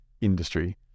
industry